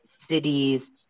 cities